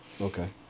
Okay